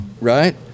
right